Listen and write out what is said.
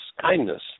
kindness